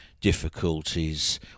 difficulties